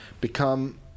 become